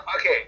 okay